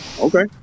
Okay